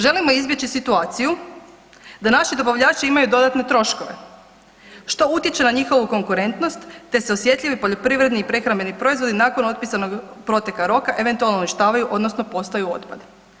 Želimo izbjeći situaciju da naši dobavljači imaju dodatne troškove što utječe na njihovu konkurentnost te se osjetljivi poljoprivredni i prehrambeni proizvodi nakon otpisanog proteka roka eventualno uništavaju odnosno postaju otpad.